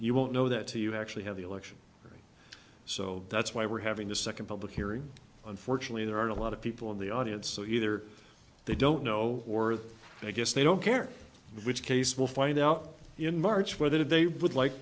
you won't know that two you actually have the election so that's why we're having the second public hearing unfortunately there are a lot of people in the audience so either they don't know or i guess they don't care which case we'll find out in march where that if they would like